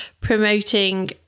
promoting